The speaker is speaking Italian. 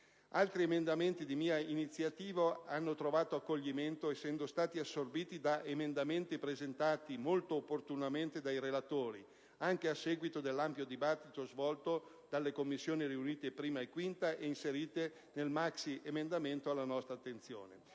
Altri emendamenti di mia iniziativa hanno trovato accoglimento, essendo stati assorbiti da emendamenti presentati molto opportunamente dai relatori, anche a seguito dell'ampio dibattito svolto dalle Commissioni riunite 1a e 5a, e inseriti nel maxiemendamento alla nostra attenzione.